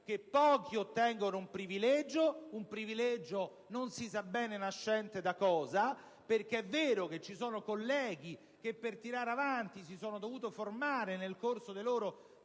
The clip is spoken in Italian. pochi ottengono un privilegio, non si sa bene nascente da cosa. È vero che ci sono colleghi che per tirare avanti si sono dovuti formare nel corso delle loro